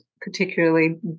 particularly